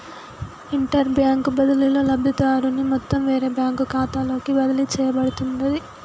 interbank బదిలీలో, లబ్ధిదారుని మొత్తం వేరే బ్యాంకు ఖాతాలోకి బదిలీ చేయబడుతది